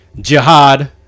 jihad